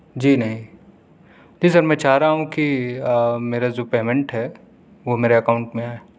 جی نہیں جی سر میں چاہ رہا ہوں کہ میرا جو پیمنٹ ہے وہ میرا اکاؤنٹ میں آئے